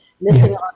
missing